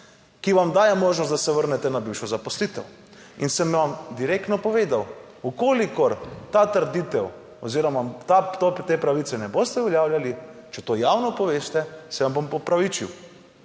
ki vam daje možnost, da se vrnete na bivšo zaposlitev. In sem vam direktno povedal, v kolikor ta trditev oziroma te pravice ne boste uveljavljali, če to javno poveste, se vam bom pa opravičil.